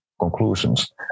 conclusions